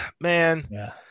man